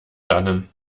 dannen